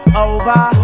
over